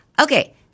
okay